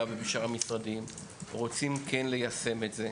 ובשאר המשרדים כן רוצים ליישם את זה,